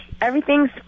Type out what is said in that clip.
everything's